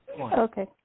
Okay